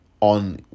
on